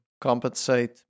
compensate